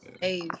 hey